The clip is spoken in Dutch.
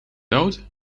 dood